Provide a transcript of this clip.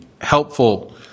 helpful